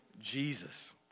Jesus